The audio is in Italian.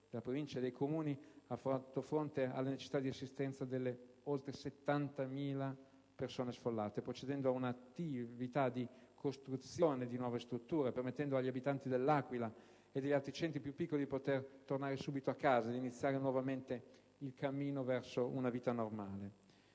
Provincia e dei Comuni, ha fatto fronte alle necessità di assistenza delle oltre 70.000 persone sfollate, procedendo ad una attività di costruzione di nuove strutture, permettendo agli abitanti dell'Aquila e degli altri centri più piccoli di poter tornare subito in casa e di iniziare nuovamente il cammino verso una vita normale.